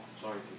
sorry